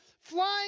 flying